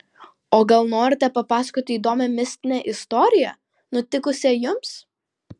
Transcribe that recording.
o gal norite papasakoti įdomią mistinę istoriją nutikusią jums